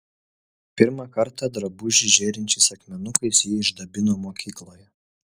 pirmą kartą drabužį žėrinčiais akmenukais ji išdabino mokykloje